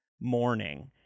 morning